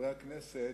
חברי הכנסת,